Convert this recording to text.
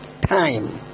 Time